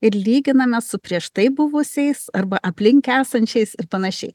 ir lyginame su prieš tai buvusiais arba aplink esančiais ir panašiai